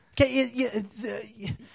Okay